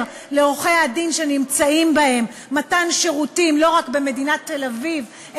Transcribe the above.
לעורכי-הדין שנמצאים בהם מתן שירותים לא רק במדינת תל-אביב,